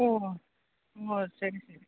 ഓഹൊ ഓ ശരി ശരി